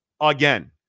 Again